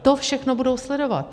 To všechno budou sledovat.